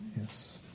Yes